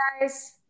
guys